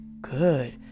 good